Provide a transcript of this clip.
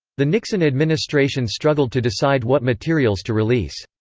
the nixon administration struggled to decide what materials to release.